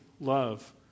love